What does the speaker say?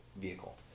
vehicle